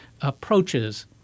approaches